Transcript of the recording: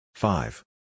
Five